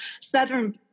Southern